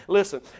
Listen